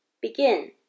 begin